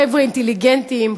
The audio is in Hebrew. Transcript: חבר'ה אינטליגנטים,